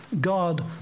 God